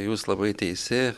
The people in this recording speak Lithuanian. jūs labai teisi